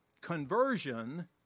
conversion